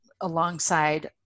alongside